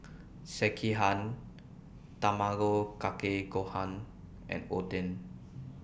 Sekihan Tamago Kake Gohan and Oden